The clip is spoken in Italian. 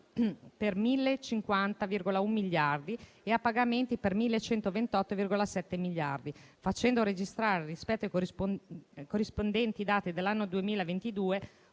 per 1.050,1 miliardi e a pagamenti per 1.128,7 miliardi, facendo registrare, rispetto ai corrispondenti dati dell'anno 2022,